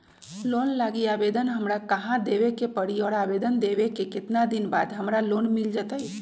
Loan लागी आवेदन हमरा कहां देवे के पड़ी और आवेदन देवे के केतना दिन बाद हमरा लोन मिल जतई?